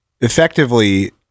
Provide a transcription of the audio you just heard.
effectively